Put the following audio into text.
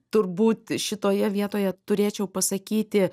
turbūt šitoje vietoje turėčiau pasakyti